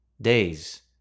Days